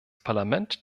parlament